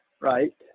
Right